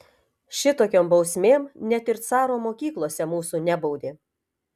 šitokiom bausmėm net ir caro mokyklose mūsų nebaudė